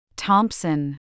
Thompson